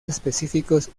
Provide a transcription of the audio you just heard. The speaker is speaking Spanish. específicos